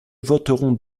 voterons